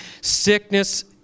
Sickness